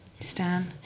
Stan